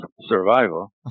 survival